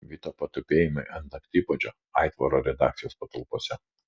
vito patupėjimai ant naktipuodžio aitvaro redakcijos patalpose